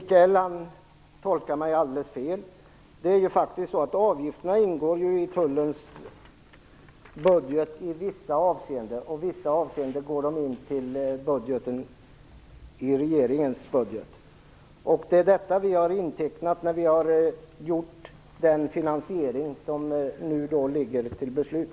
Herr talman! Michael Stjernström tolkar mig helt fel. Avgifterna ingår faktiskt i Tullens budget i vissa avseenden. I vissa avseenden ingår de i regeringens budget. Det är detta vi har intecknat när vi har gjort upp den finansiering som nu föreligger för beslut.